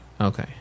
okay